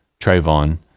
Trayvon